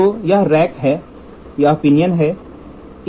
तो यहाँ रैक है यहीं पिनियन है